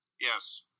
Yes